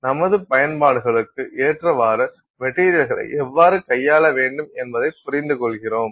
நமது பயன்பாடுகளுக்கு ஏற்றவாறு மெட்டீரியல்களை எவ்வாறு கையாள வேண்டும் என்பதைப் புரிந்துகொள்கிறோம்